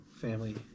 family